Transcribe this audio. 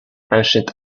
ancient